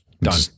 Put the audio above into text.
Done